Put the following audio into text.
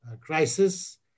crisis